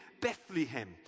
Bethlehem